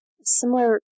similar